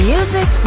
Music